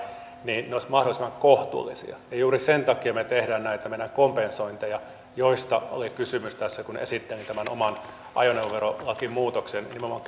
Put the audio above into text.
ne olisivat mahdollisimman kohtuullisia juuri sen takia me teemme näitä meidän kompensointejamme joista oli kysymys tässä kun esittelin tämän oman ajoneuvoverolakimuutoksen nimenomaan